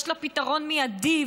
יש לה פתרון מיידי,